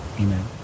Amen